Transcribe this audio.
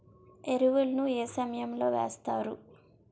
ఎరువుల ను ఏ సమయం లో వేస్తారు?